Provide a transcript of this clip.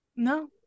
No